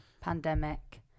pandemic